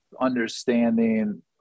understanding